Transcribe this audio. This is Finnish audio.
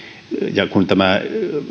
ja kun tämä